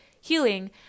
healing